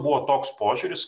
buvo toks požiūris